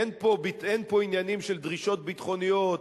אין פה עניינים של דרישות ביטחוניות?